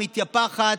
מתייפחת,